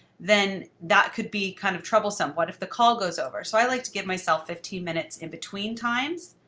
then that could be kind of troublesome. what if the call goes over? so i like to give myself fifteen minutes in between times.